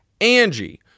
angie